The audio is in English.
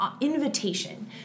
invitation